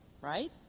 Right